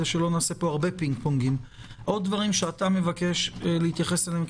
האם יש עוד דברים שאתה מבקש להתייחס אליהם?